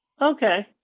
Okay